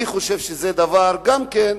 אני חושב שזה דבר, גם כן,